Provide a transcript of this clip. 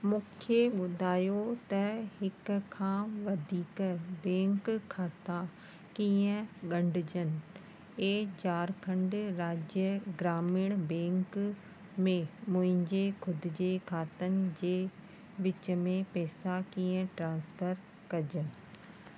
मूंखे ॿुधायो त हिक खां वधीक बैंक खाता कीअं ॻंढिजनि ऐं झारखंड राज्य ग्रामीण बैंक में मुंहिंजे ख़ुदि जे खातनि जे विच में पैसा कीअं ट्रांसफर कजनि